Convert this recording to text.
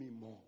more